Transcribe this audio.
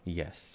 yes